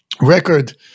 record